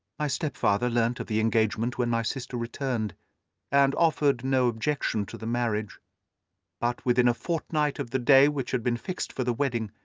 my stepfather learned of the engagement when my sister returned and offered no objection to the marriage but within a fortnight of the day which had been fixed for the wedding,